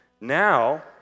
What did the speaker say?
Now